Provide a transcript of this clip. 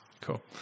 Cool